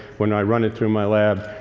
when i run it through my lab,